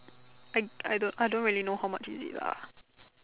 I I don't I don't really know how much is it lah